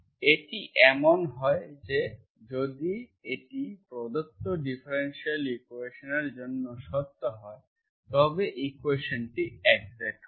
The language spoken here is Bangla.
এটি এমন হয় যে যদি এটি প্রদত্ত ডিফারেনশিয়াল ইকুয়েশনের জন্য সত্য হয় তবে ইকুয়েশন্টি এক্সাক্ট হবে